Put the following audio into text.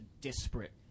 disparate